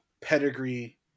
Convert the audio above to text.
pedigree